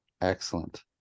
Excellent